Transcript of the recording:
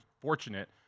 fortunate